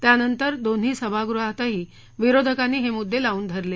त्यानंतर दोन्ही सभागृहातही विरोधकांनी हे मुद्दे लावून धरले